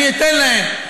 אני אתן להם.